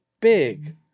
big